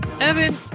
evan